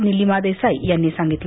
नीलिमा देसाई यांनी सांगितलं